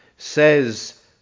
says